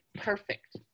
perfect